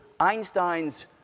...Einstein's